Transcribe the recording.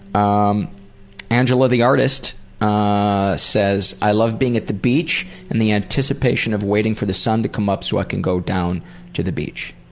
um angela the artist ah says, i love being at the beach and the anticipation of waiting for the sun to come up so i can go down to the beach.